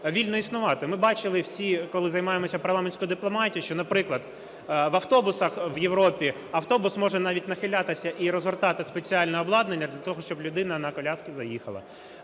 вільно існувати. Ми бачили всі, коли займаємося парламентською дипломатією, що, наприклад, в автобусах в Європі, автобус може навіть нахилятися і розгортати спеціальне обладнання для того, щоб людина на колясці заїхала.